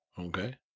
Okay